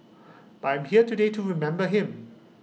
but I'm here today to remember him